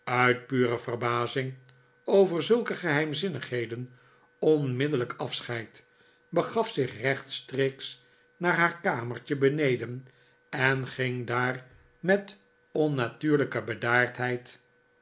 uit pure verbazing over zulke geheimzinnigheden onmiddellijk afscheid begaf zich rechtstreeks naar haar kamertje beneden en ging daar met onnatuurlijke bedaardheid